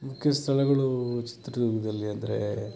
ಮುಖ್ಯ ಸ್ಥಳಗಳೂ ಚಿತ್ರದುರ್ಗದಲ್ಲಿ ಅಂದರೆ